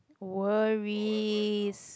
worries